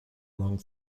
long